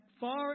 far